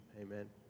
amen